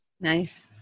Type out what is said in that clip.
Nice